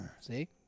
See